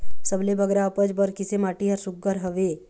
सबले बगरा उपज बर किसे माटी हर सुघ्घर हवे?